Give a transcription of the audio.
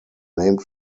named